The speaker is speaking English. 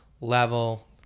level